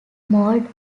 mold